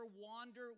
wander